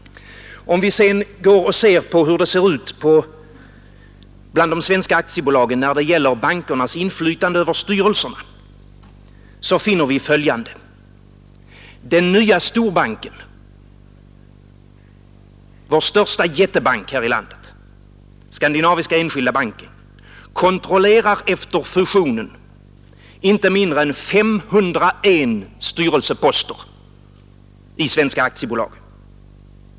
Om vi sedan går till hur det ser ut bland de svenska aktiebolagen när det gäller bankernas inflytande över styrelserna, finner vi följande. Den nya storbanken, den största jättebanken här i landet, Skandinaviska enskilda banken, kontrollerar efter fusionen 501 styrelseposter i svenska aktiebolag.